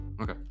okay